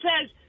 says